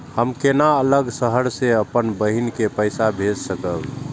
हम केना अलग शहर से अपन बहिन के पैसा भेज सकब?